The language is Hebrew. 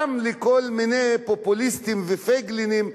גם לכל מיני פופוליסטים ופייגלינים,